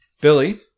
Billy